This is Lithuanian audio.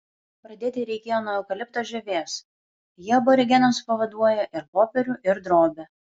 pradėti reikėjo nuo eukalipto žievės ji aborigenams pavaduoja ir popierių ir drobę